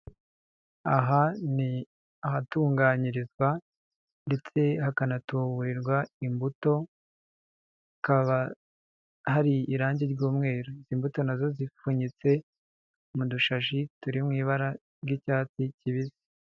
Aha ni ahatunganyirizwa ndetse hakanatuburirwa imbuto hakaba hari irangi ry'umweru, imbuto na zo zipfunyitse mu dushashi turi mu ibara ry'icyatsi kibisi.